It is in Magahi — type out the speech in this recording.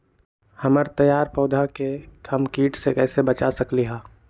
हमर तैयार पौधा के हम किट से कैसे बचा सकलि ह?